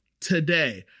today